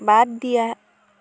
বাদ দিয়া